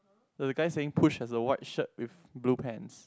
but the guy saying push has a white shirt with blue pants